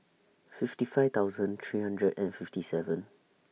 fifty five thousand three hundred and fifty seven